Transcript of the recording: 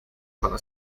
para